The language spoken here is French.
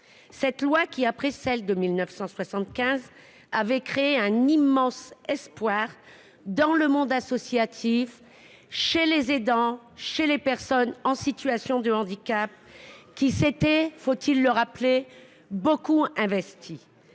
Cette loi, après celle de 1975, avait créé un immense espoir dans le monde associatif, chez les aidants, chez les personnes en situation de handicap, qui s’étaient, faut il le rappeler, beaucoup impliquées.